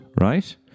Right